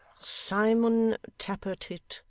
simon tappertit.